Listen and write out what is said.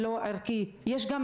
לא רק שהוא